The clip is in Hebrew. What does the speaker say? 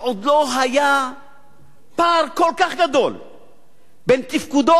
שעוד לא היה פער כל כך גדול בין תפקודו